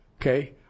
Okay